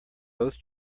both